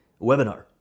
webinar